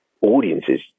audiences